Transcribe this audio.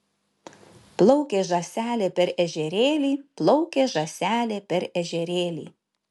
plaukė žąselė per ežerėlį plaukė žąselė per ežerėlį